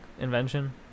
invention